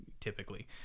typically